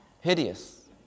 Hideous